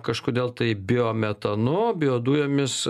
kažkodėl taip biometanu biodujomis